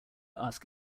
ask